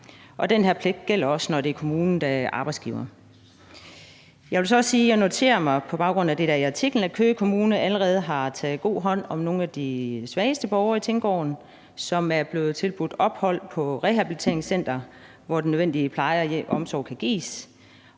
og den her pligt gælder også, når det er kommunen, der er arbejdsgiver. Jeg vil så også sige, at jeg på baggrund af det, der er i artiklen, noterer mig, at Køge Kommune allerede har taget god hånd om nogle af de svageste borgere i Tinggården, som er blevet tilbudt ophold på et rehabiliteringscenter, hvor den nødvendige pleje og omsorg kan gives,